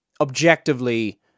objectively